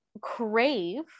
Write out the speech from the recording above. crave